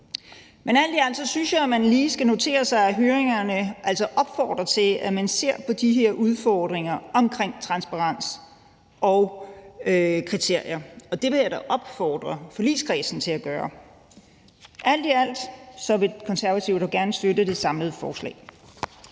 Alt i alt synes jeg, at man lige skal notere sig, at høringerne altså opfordrer til, at man ser på de her udfordringer omkring transparens og kriterier, og det vil jeg da opfordre forligskredsen til at gøre. Alt i alt vil Konservative dog gerne støtte det samlede forslag.